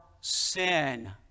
sin